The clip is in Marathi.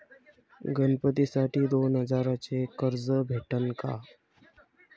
गणपतीसाठी दोन हजाराचे कर्ज भेटन का?